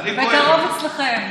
בקרוב אצלכם.